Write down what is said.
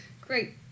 Great